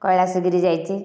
କୈଳାସଗିରି ଯାଇଛି